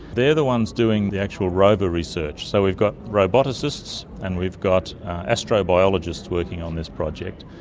they are the ones doing the actual robo research. so we've got roboticists and we've got astrobiologists working on this project,